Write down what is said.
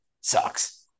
sucks